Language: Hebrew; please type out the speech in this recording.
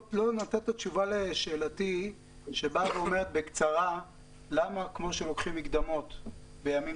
לא נתת תשובה לשאלתי למה כמו שלוקחים מקדמות בימים